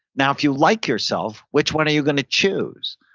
now if you like yourself, which one are you going to choose?